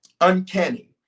Uncanny